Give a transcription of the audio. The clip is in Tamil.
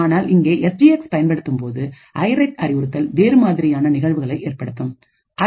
ஆனால் இங்கே எஸ் ஜி எக்ஸ் பயன்படுத்தும்போது ஐரெட் அறிவுறுத்தல் வேறு மாதிரியான நிகழ்வுகளை ஏற்படுத்துகின்றது